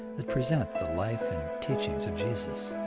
that present the life and teachings of jesus.